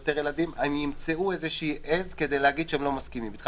יותר ילדים הם ימצאו איזושהי עז כדי להגיד שהם לא מסכימים אתך.